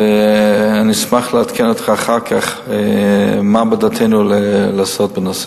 ואני אשמח לעדכן אותך אחר כך מה בדעתנו לעשות בנושא.